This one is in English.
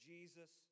Jesus